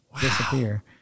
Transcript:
disappear